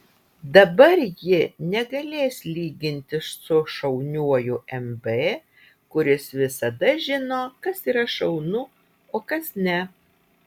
dabar ji negalės lygintis su šauniuoju mb kuris visada žino kas yra šaunu o kas ne